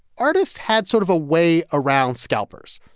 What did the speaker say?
artists had sort of a way around scalpers.